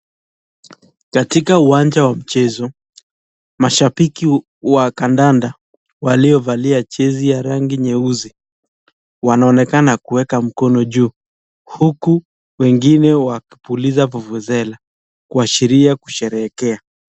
Katika uwanja wa mchezo, mashabiki wa kandanda waliovalia jezi ya rangi nyeusi wanaonekana kuweka mkono juu, huku wengine wakipuliza vuvuzela kuashiria kusherehekea.